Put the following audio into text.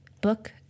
Book